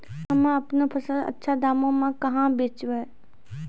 हम्मे आपनौ फसल अच्छा दामों मे कहाँ बेचबै?